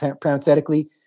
parenthetically